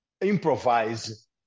improvise